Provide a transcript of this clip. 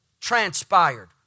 transpired